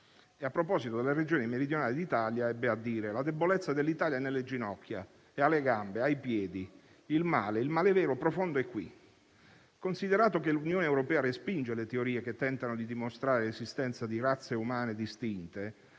A proposito delle Regioni meridionali d'Italia, ebbe a dire: «La debolezza dell'Italia è nelle ginocchia, è alle gambe, ai piedi; il male, il male vero profondo è qui». Invito a considerare quanto segue. L'Unione europea respinge le teorie che tentano di dimostrare l'esistenza di razze umane distinte.